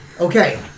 Okay